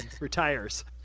retires